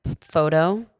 photo